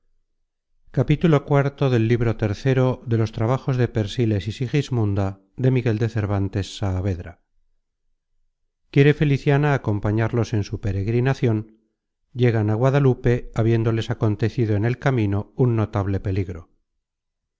quiere feliciana acompañarlos en su peregrinacion llegan á guadalupe habiéndoles acontecido en el camino un notable peligro